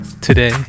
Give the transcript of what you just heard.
today